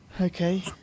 Okay